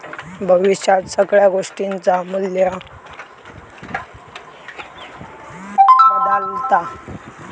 भविष्यात सगळ्या गोष्टींचा मू्ल्य बदालता